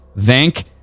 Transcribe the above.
thank